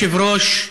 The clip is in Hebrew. אדוני היושב-ראש,